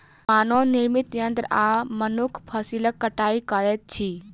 मानव निर्मित यंत्र आ मनुख फसिलक कटाई करैत अछि